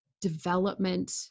development